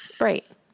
Right